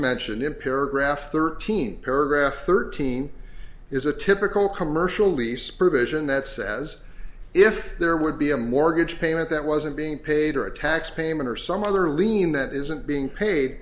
mentioned in paragraph thirteen paragraph thirteen is a typical commercial lease provision that says if there would be a mortgage payment that wasn't being paid or a tax payment or some other lien that isn't being paid